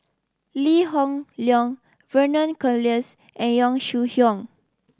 Lee Hoon Leong Vernon Cornelius and Yong Shu Hoong